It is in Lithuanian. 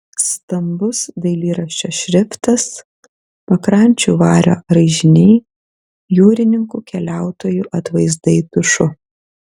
stambus dailyraščio šriftas pakrančių vario raižiniai jūrininkų keliautojų atvaizdai tušu